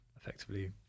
effectively